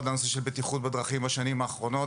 לנושא של בטיחות בדרכים בשנים האחרונות.